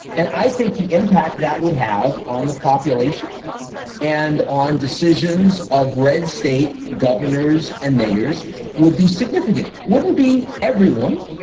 and i think the impact that would have on the population and on decisions of red state governors and mayors would be significant, wouldn't be everyone,